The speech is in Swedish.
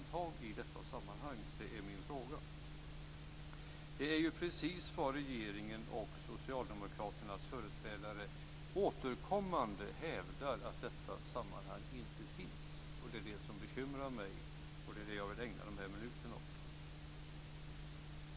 Är vi ett undantag i detta sammanhang? Vad regeringen och Socialdemokraternas företrädare återkommande hävdar är just att detta samband inte finns. Det är det som bekymrar mig och som jag vill ägna de här minuterna åt.